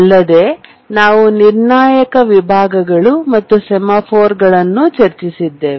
ಅಲ್ಲದೆ ನಾವು ನಿರ್ಣಾಯಕ ವಿಭಾಗಗಳು ಮತ್ತು ಸೆಮಾಫೋರ್ಗಳನ್ನು ಚರ್ಚಿಸಿದ್ದೇವೆ